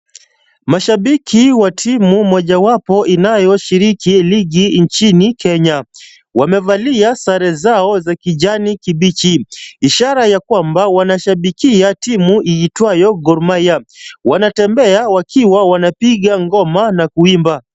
Mashabiki wa timu mojawapo inayoshiriki ligi nchini Kenya. Wamevalia sare zao za kijani kibichi, ishara ya kwamba wanashabikia timu iitwayo Gor Mahia. Wanatembea wakiwa wanapiga ngoma na kuimba.